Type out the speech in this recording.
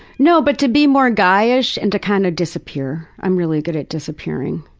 no but to be more guy-ish and to kind of disappear. i'm really good at disappearing.